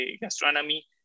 gastronomy